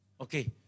Okay